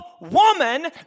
woman